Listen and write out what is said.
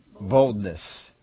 boldness